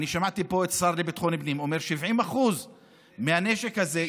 אני שמעתי פה את השר לביטחון פנים אומר 70% מהנשק הזה,